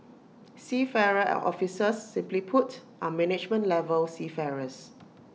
seafarer officers simply put are management level seafarers